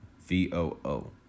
V-O-O